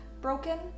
broken